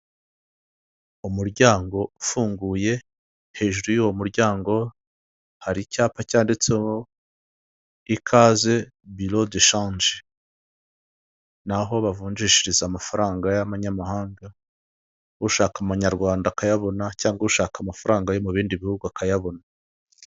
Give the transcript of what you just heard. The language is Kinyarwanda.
Umuryango ufunguye hejuru y'uwo muryango hari icyapa cyanditseho ikaze birodeshanje, ni aho bavunjishiriza amafaranga y'amanyamahanga, ushaka amanyarwanda akayabona cyangwa ushaka amafaranga yo mu bindi bihugu akayabona.